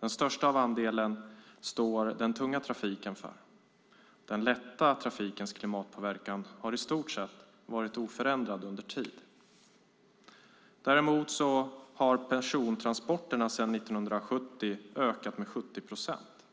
Den största andelen står den tunga trafiken för. Den lätta trafikens klimatpåverkan har i stort sett varit oförändrad över tid. Däremot har persontransporterna sedan 1970 ökat med 70 procent.